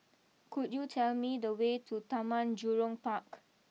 could you tell me the way to Taman Jurong Park